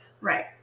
Right